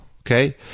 okay